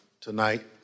tonight